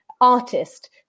artist